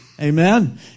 Amen